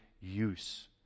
use